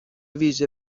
ویژه